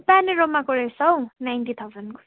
पेनोरमाको रहेछ हौ नाइन्टी थाउजन्डको